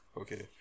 okay